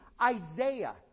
Isaiah